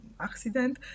accident